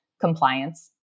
compliance